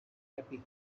happy